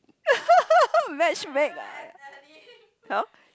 matchmake ah !huh!